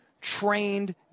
trained